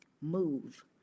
move